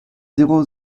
zéro